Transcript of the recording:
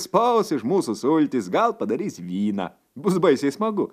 spaus iš mūsų sultis gal padarys vyną bus baisiai smagu